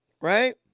right